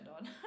on